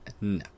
no